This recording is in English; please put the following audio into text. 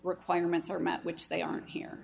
requirements are met which they aren't here